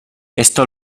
esto